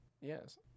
Yes